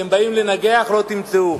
אם אתם באים לנגח, לא תמצאו.